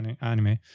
anime